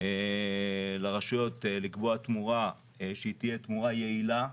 לרשויות לקבוע תמורה שתהיה תמורה יעילה,